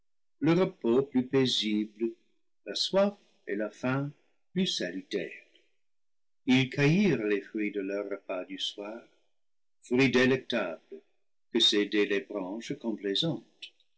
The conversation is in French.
le repos plus paisible la soif et la faim plus salutaires ils cueillirent les fruits de leur repas du soir fruits délectables que cédaient les branches complaisantes